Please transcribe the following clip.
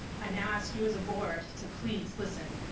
i now ask you as a board to please listen,